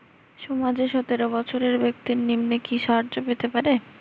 সমাজের সতেরো বৎসরের ব্যাক্তির নিম্নে কি সাহায্য পেতে পারে?